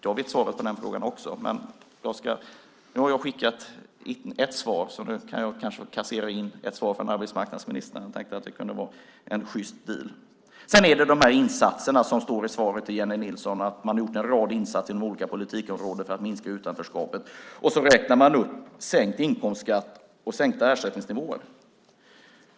Jag vet svaret på den frågan också, men nu har jag skickat ett svar, så då kanske jag kan kassera in ett svar från arbetsmarknadsministern. Jag tänkte att det kunde vara en sjyst deal. Sedan är det de här insatserna, som det står i svaret till Jennie Nilsson att man har gjort. Man har gjort en rad insatser inom de olika politikområdena för att minska utanförskapet. Sedan räknar man upp sänkt inkomstskatt och sänkta ersättningsnivåer.